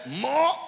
more